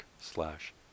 slash